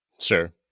Sure